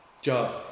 job